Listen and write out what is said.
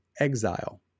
exile